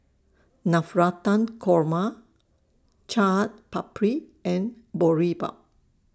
Navratan Korma Chaat Papri and Boribap